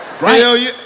Right